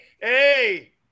hey